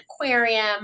aquarium